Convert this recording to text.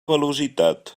velocitat